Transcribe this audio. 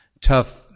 tough